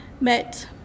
met